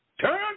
turn